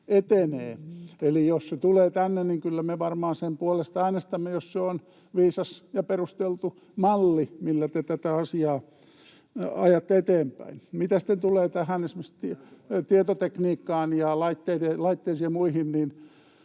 etenee. Eli jos se tulee tänne, niin kyllä me varmaan sen puolesta äänestämme, jos se on viisas ja perusteltu malli, millä te tätä asiaa ajatte eteenpäin. Mitä sitten tulee esimerkiksi tietotekniikkaan ja laitteisiin ja muihin, niin